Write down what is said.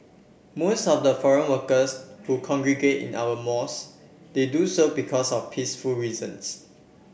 most of the foreign workers who congregate in our mosque they do so because of peaceful reasons